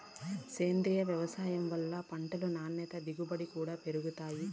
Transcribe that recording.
సేంద్రీయ వ్యవసాయం వల్ల పంటలు నాణ్యత దిగుబడి కూడా పెరుగుతాయి